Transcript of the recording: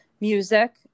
music